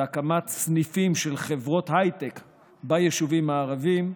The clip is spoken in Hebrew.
הקמת סניפים של חברות הייטק ביישובים הערביים,